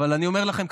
אבל אני אומר לכם,